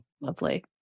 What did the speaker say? lovely